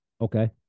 Okay